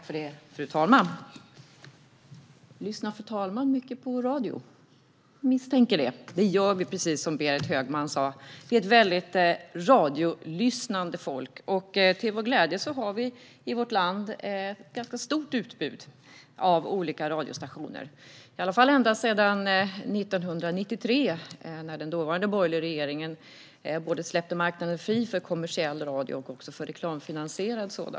Fru talman! Lyssnar fru talmannen mycket på radio? Jag misstänker det. Det gör vi, precis som Berit Högman sa; vi är ett radiolyssnande folk. Till vår glädje har vi i vårt land ganska stort utbud av radiostationer, i alla fall sedan 1993, när den dåvarande borgerliga regeringen släppte marknaden fri för både kommersiell och reklamfinansierad radio.